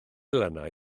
lanhau